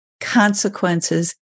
consequences